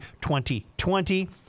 2020